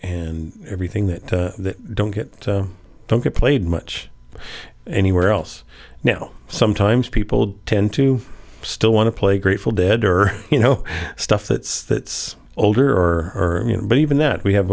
and everything that don't get played much anywhere else now sometimes people tend to still want to play grateful dead or you know stuff that's that's older or you know but even that we have